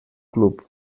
club